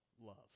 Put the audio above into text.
love